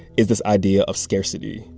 is this idea of scarcity.